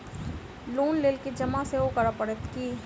Loan लेल किछ जमा सेहो करै पड़त की?